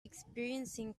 experiencing